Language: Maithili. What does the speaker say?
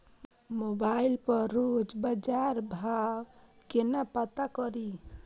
मोबाइल पर रोज बजार भाव कोना पता करि?